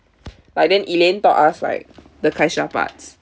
like then elaine taught us like the kaisha parts